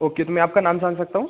okay तो मैं आपका नाम जान सकता हूँ